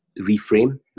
reframe